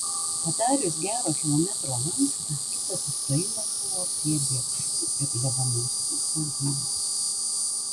padarius gero kilometro lankstą kitas sustojimas buvo prie biekšų ir levanauskų sodybų